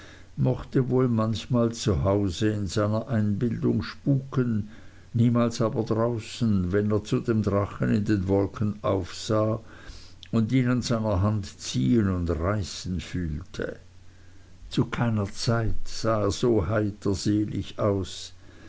mochte wohl manchmal zu hause in seiner einbildung spuken niemals aber draußen wenn er zu dem drachen in den wolken aufsah und ihn an seiner hand ziehen und reißen fühlte zu keiner andern zeit sah er so heiterselig aus